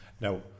Now